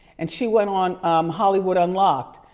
and she went on hollywood unlocked.